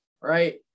right